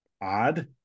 odd